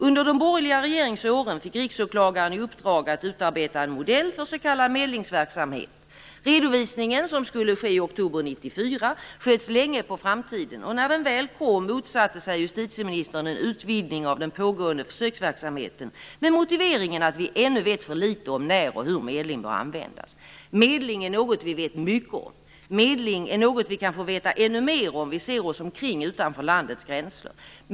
Under de borgerliga regeringsåren fick riksåklagaren i uppdrag att utarbeta en modell för s.k. medlingsverksamhet. Redovisningen, som skulle ske i oktober 1994, sköts länge på framtiden och när den väl kom motsatte sig justitieministern en utvidgning av den pågående försöksverksamheten med motiveringen att vi ännu vet för litet om när och hur medling bör användas. Medling är något vi vet mycket om, och vi kan få veta ännu mer om medling om vi ser oss omkring utanför landets gränser.